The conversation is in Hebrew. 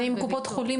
זה עם קופות החולים,